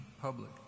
public